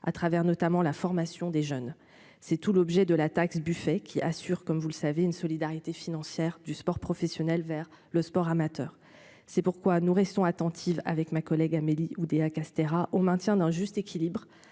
à travers notamment la formation des jeunes, c'est tout l'objet de la taxe Buffet qui assure, comme vous le savez, une solidarité financière du sport professionnel vers le sport amateur, c'est pourquoi nous restons attentifs avec ma collègue Amélie Oudéa-Castéra au maintien d'un juste équilibre